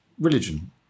religion